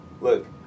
Look